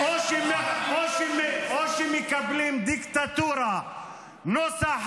לא על --- או שמקבלים דיקטטורה נוסח